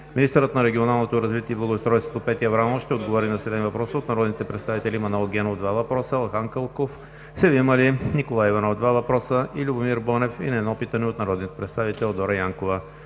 Министърът на регионалното развитие и благоустройството Петя Аврамова ще отговори на седем въпроса от народните представители Манол Генов (два въпроса); Елхан Кълков; Севим Али; Николай Иванов (два въпроса); и Любомир Бонев; и на едно питане от народния представител Дора Янкова.